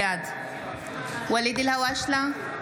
בעד ואליד אלהואשלה,